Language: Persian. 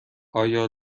آیا